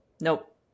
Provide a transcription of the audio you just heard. Nope